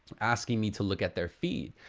asking me to look at their feed.